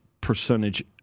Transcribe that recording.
percentage